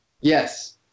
Yes